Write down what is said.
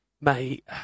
Mate